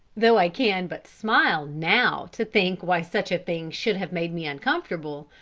though i can but smile now to think why such a thing should have made me uncomfortable,